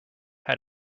had